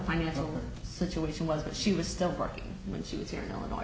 financial situation was but she was still working when she was here in illinois